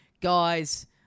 guys